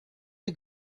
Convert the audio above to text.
you